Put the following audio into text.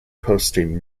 posting